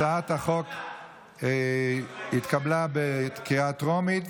הצעת החוק התקבלה בקריאה טרומית,